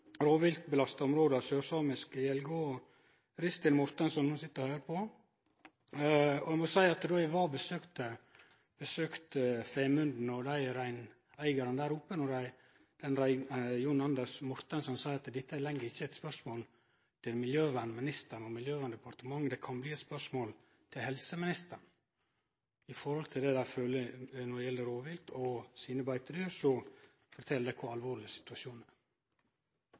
og Ristin Mortensson, som no sit og høyrer på. Eg var og besøkte Femunden og reineigarane der, og ein reineigar, Jon Anders Mortensen, seier at dette ikkje lenger er eit spørsmål til miljøvernministeren og Miljøverndepartementet, det kan bli eit spørsmål til helseministeren. Med omsyn til det dei føler når det gjeld rovvilt og beitedyr, fortel det kor alvorleg situasjonen er.